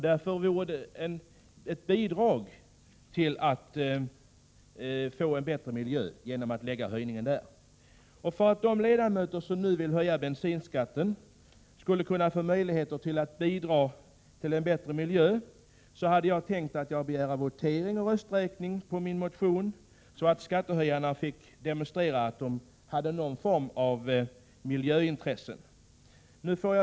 Därför vore det ett bidrag till strävandena att få en bättre miljö, om man lade höjningen på den blyade bensinen. För att de ledamöter som nu vill höja bensinskatten skulle få möjlighet att bidra till skapandet av en bättre miljö hade jag tänkt begära votering och rösträkning om min motion, så att skattehöjarna fick demonstrera att de hade någon form av miljöintressen.